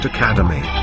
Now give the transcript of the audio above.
Academy